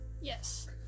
Yes